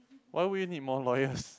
why would you need more lawyers